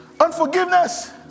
Unforgiveness